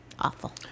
awful